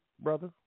brother